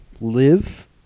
live